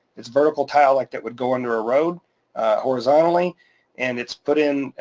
it's vertical tile, like that would go under a road horizontally and it's put in,